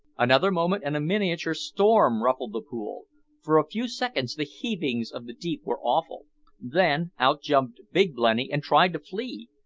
another moment and a miniature storm ruffled the pool for a few seconds the heavings of the deep were awful then, out jumped big blenny and tried to flee,